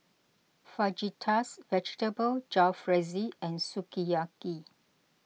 Fajitas Vegetable Jalfrezi and Sukiyaki